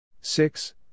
Six